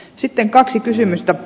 sitten kaksi kysymystä